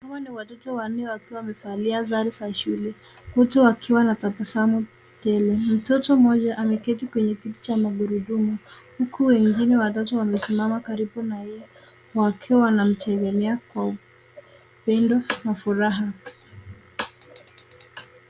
Hawa ni watoto wanne wakiwa wamevalia sare za shule wote wakiwa na tabasamu tele. Mtoto mmoja ameketi kwenye kiti cha magurudumu huku wengine watatu wamesimama karibu na yeye wakiwa wanamchelelea kwa upendo na furaha.